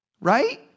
right